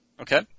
Okay